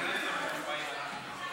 לא בסדר.